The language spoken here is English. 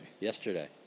Yesterday